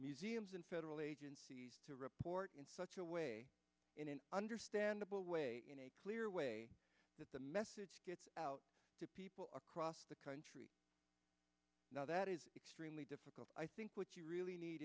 past federal agents to report in such a way in an understandable way clear way that the message gets out to people across the country now that is extremely difficult i think what you really need